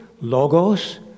logos